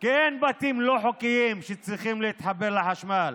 כי אין בתים לא חוקיים שצריכים להתחבר לחשמל,